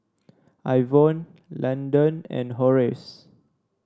Ivonne Landon and Horace